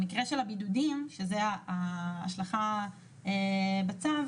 במקרה של הבידודים שזאת ההשלכה בצו,